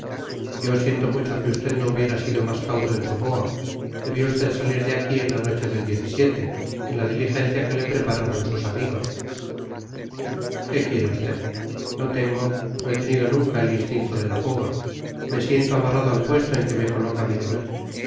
yo siento mucho que usted no hubiera sido más cauto en su fuga debió usted salir de aquí en la noche del en la diligencia que le prepararon sus amigos qué quiere usted no tengo no he tenido nunca el instinto de la fuga me siento amarrado al puesto en que me coloca mi deber